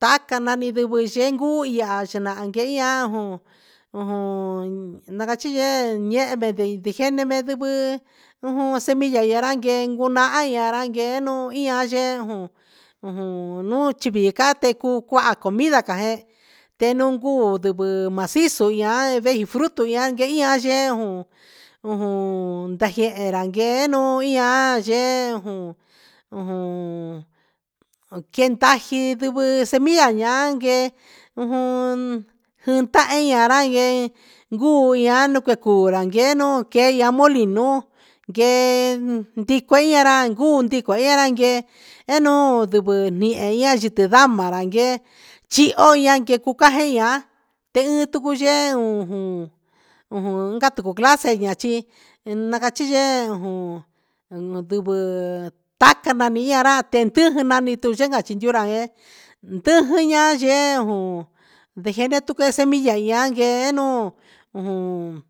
Tacan nani ndivɨ yenguu ihya cha nahan ndehi ihya ujun nachi yee ehen ndehe gene ndegue ndivɨ semilla yeran guee gunahan me ran guee un ian yu quee un chi vii ca tecu cuaha comida caguee te un cuu sivi masisu ian ndei frutu iahn ndehi yee ujun ndejehe ra yee quee ndaa sivɨ semilla yan guee ndahi ra guee guu un cuecu ra guee no quee ya molinu guee ndico ia ra juu guee noo ndivɨ yei ndico yamara guee chiho ya guen cujague tucu yee ujun inca tucu clase a chii na cachi yee ujun nandivɨ tacan nani yain ran tindigena nai tu yee cati tu ra yee ndiji a yee juun ndehe jene tu semilla yian guee nuun ujun